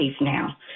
now